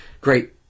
Great